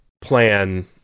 plan